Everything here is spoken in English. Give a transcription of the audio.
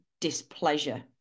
displeasure